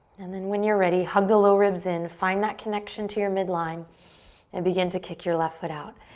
and then when you're ready, hug the low ribs in. find that connection to your midline and begin to kick your left foot out.